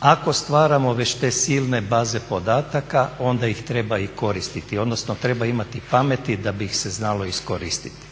Ako stvaramo već te silne baze podataka onda ih treba i koristiti, odnosno treba imati pameti da bi ih se znalo iskoristiti.